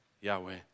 Yahweh